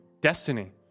destiny